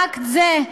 באקט זה,